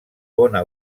bona